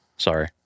Sorry